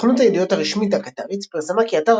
סוכנות הידיעות הרשמית הקטרית פרסמה כי אתר